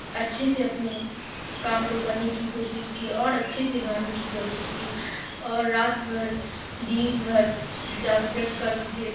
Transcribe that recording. اچھے سے اپنے کام کو کرنے کی کوشش کی اور اچھے سے گانے کی کوشش کی اور رات بھر دین بھر جاگ جگ کر مجھے